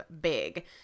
big